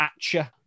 Atcha